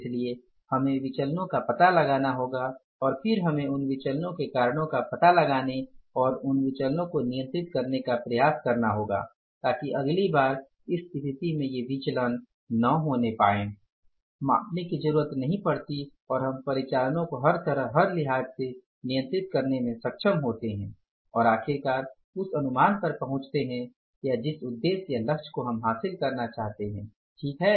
इसलिए हमें विचलनो का पता लगाना होगा और फिर हमें उन विचलनो के कारणों का पता लगाने और उन विचलनो को नियंत्रित करने का प्रयास करना होगा ताकि अगली बार इस स्थिति में ये विचलन न हों मापने की जरुरत नहीं पड़ती और हम परिचालनो को हर तरह हर लिहाज़ से नियंत्रित कने में सक्षम होते है और आखिरकार उस अनुमान पर पहुचते है जिस उद्देश्य या लक्ष्य को हम हासिल करना चाहते हैं ठीक है